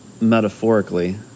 metaphorically